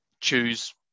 choose